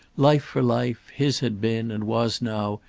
life for life, his had been, and was now,